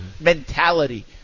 Mentality